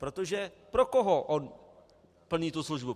Protože pro koho on plní tu službu?